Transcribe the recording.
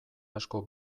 asko